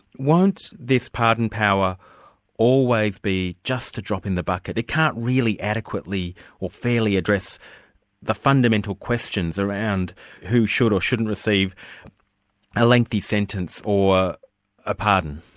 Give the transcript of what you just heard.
won't this pardon power always be just a drop in the bucket? it can't really adequately or fairly address the fundamental questions around who should or shouldn't receive a lengthy sentence or a pardon.